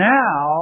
now